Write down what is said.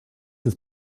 his